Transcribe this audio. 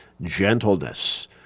gentleness